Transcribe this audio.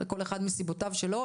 כל אחד מסיבותיו שלו,